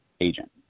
agent